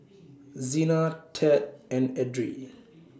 Zina Tad and Edrie